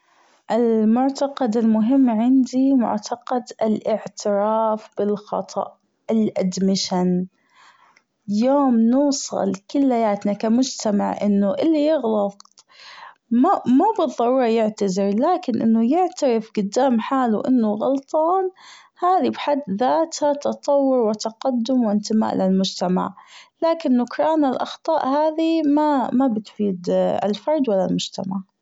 المعتقد المهم عندي معتقد الأعتراف بالخطأ ال admittion يوم نوصل كلياتنا كمجتمع أنه اللي يغلط ما مو بالضرورة يعتذر لكن يعترف جدام حاله أنه غلطان هذي بحد ذاته تطور وتقدم وأنتماء للمجتمع لكن نكران الأخطاء هذي ما بتفيد الفرد ولا المجتمع.